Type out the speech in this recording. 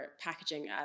packaging